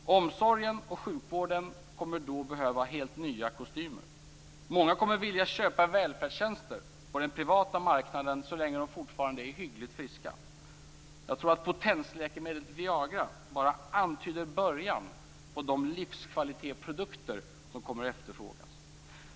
Omsorgen och sjukvården kommer då att behöva helt nya kostymer. Många kommer att vilja köpa välfärdstjänster på den privata marknaden så länge de fortfarande är hyggligt friska. Jag tror att potensläkemedlet Viagra bara antyder början på de livskvalitetsprodukter som kommer att efterfrågas.